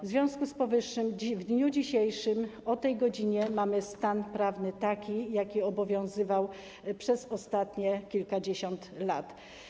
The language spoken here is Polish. W związku z powyższym w dniu dzisiejszym, o tej godzinie, mamy taki stan prawny, jaki obowiązywał przez ostatnie kilkadziesiąt lat.